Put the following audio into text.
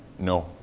no.